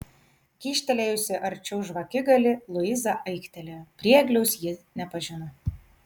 kyštelėjusi arčiau žvakigalį luiza aiktelėjo priegliaus ji nepažino